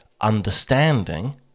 understanding